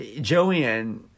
Joanne